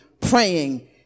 praying